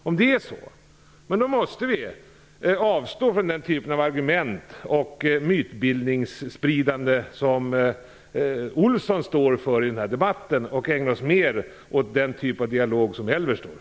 I så fall måste vi avstå från den typ av argument och mytbildningsspridande som Kent Olsson står för i den här debatten och ägna oss mer åt den typ av dialog som